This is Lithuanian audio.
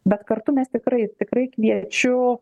bet kartu mes tikrai tikrai kviečiu